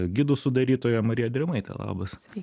gidų sudarytoją mariją drėmaitę labas